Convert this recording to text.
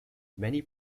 many